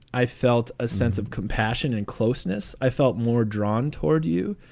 i felt a sense of compassion and closeness. i felt more drawn toward you.